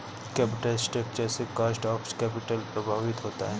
capital structure से cost of capital प्रभावित होता है